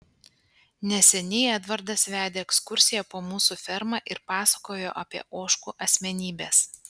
neseniai edvardas vedė ekskursiją po mūsų fermą ir pasakojo apie ožkų asmenybes